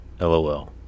LOL